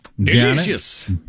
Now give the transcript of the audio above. Delicious